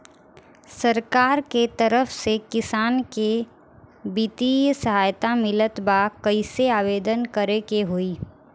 सरकार के तरफ से किसान के बितिय सहायता मिलत बा कइसे आवेदन करे के होई?